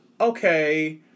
okay